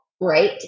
right